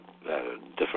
Different